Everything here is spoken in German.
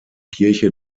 kirche